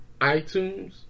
iTunes